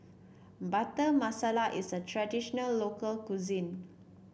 Butter Masala is a traditional local cuisine